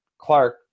clark